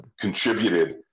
contributed